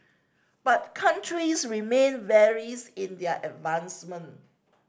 but countries remain varies in their advancement